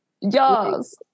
yes